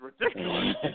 ridiculous